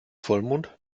vollmond